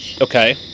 Okay